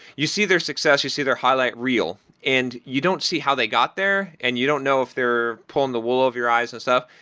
you see their success, you see their highlight real and you don't see how they got there and you don't know if they're pulling the wool over your eyes and stuff,